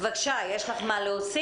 בבקשה, יש לך מה להוסיף?